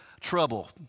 trouble